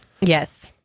Yes